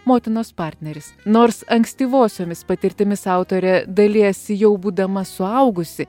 motinos partneris nors ankstyvosiomis patirtimis autorė dalijasi jau būdama suaugusi